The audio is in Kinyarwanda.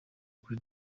kuri